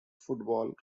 football